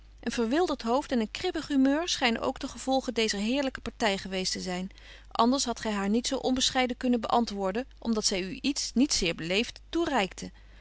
een verwildert hoofd en een kribbig humeur schynen ook de gevolgen deezer heerlyke party geweest te zyn anders hadt gy haar niet zo onbescheiden kunnen beäntwoorden om dat zy u iets niet zeer beleeft toereikte